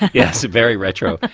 yes, very retro,